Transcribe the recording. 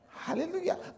Hallelujah